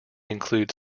include